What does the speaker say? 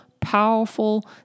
powerful